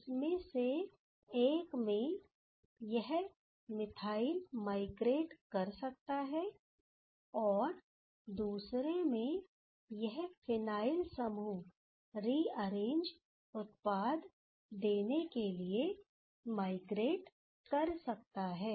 जिसमें से एक में यह मिथाइल माइग्रेट कर सकता है और दूसरे में यह फिनाइल समूह रिअरेंज उत्पाद देने के लिए माइग्रेट कर सकता है